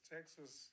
Texas